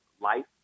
life